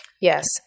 Yes